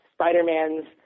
Spider-Man's